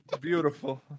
Beautiful